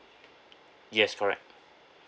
yes correct